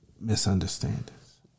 misunderstandings